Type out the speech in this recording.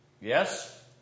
Yes